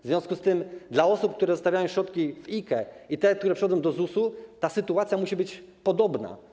W związku z tym dla osób, które zostawiają środki w IKE, i tych, które przenoszą to do ZUS-u, ta sytuacja musi być podobna.